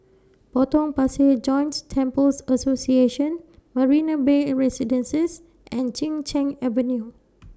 Potong Pasir Joints Temples Association Marina Bay A Residences and Chin Cheng Avenue